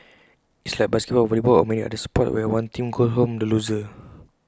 it's like basketball or volleyball or many other sports where one team goes home the loser